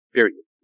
Period